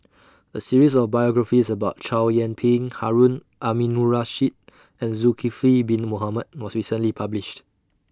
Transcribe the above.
A series of biographies about Chow Yian Ping Harun Aminurrashid and Zulkifli Bin Mohamed was recently published